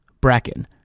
bracken